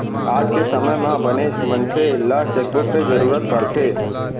आज के समे म बनेच मनसे ल चेकबूक के जरूरत परथे